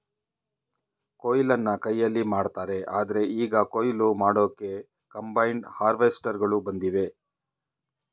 ಕೊಯ್ಲನ್ನ ಕೈಯಲ್ಲಿ ಮಾಡ್ತಾರೆ ಆದ್ರೆ ಈಗ ಕುಯ್ಲು ಮಾಡೋಕೆ ಕಂಬೈನ್ಡ್ ಹಾರ್ವೆಸ್ಟರ್ಗಳು ಬಂದಿವೆ